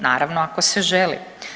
Naravno, ako se želi.